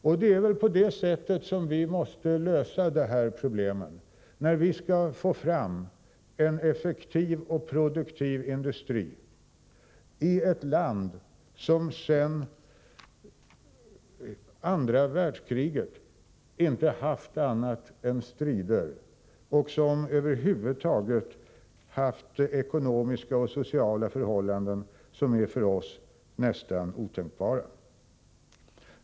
Och det är väl på det sättet vi måste lösa dessa problem, när vi skall få fram en effektiv och produktiv industri i ett land som sedan andra världskriget inte haft annat än strider och där det över huvud taget rått ekonomiska och sociala förhållanden som för oss är nästan otänkbara.